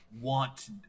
want